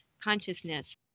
consciousness